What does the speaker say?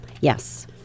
yes